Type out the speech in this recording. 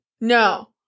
No